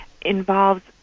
involves